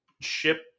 ship